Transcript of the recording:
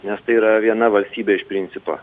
nes tai yra viena valstybė iš principo